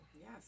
Yes